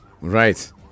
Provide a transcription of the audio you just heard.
Right